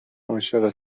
عاشق